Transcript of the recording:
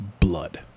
blood